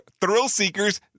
thrill-seekers